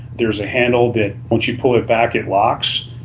there's a handle that once you pull it back it locks,